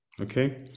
Okay